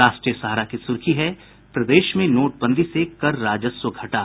राष्ट्रीय सहारा की सुर्खी है प्रदेश में नोटबंदी से कर राजस्व घटा